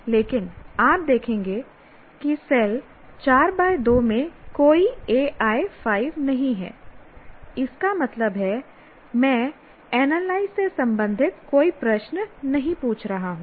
लेकिन आप देखेंगे कि सेल 4 2 में कोई AI 5 नहीं है इसका मतलब है मैं एनालाइज से संबंधित कोई प्रश्न नहीं पूछ रहा हूं